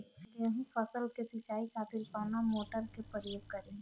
गेहूं फसल के सिंचाई खातिर कवना मोटर के प्रयोग करी?